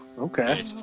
okay